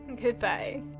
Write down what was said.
Goodbye